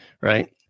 right